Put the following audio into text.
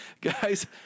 guys